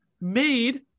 made